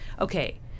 okay